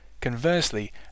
Conversely